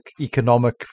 economic